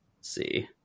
see